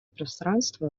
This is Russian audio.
пространства